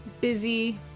busy